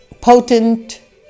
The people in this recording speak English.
potent